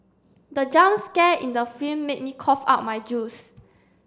the jump scare in the film made me cough out my juice